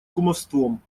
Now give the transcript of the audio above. кумовством